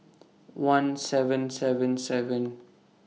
one seven seven seven